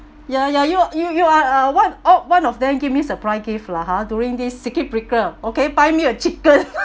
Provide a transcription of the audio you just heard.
ya ya you you you are uh what oh one of them give me surprise gift lah ha during this circuit breaker okay buy me a chicken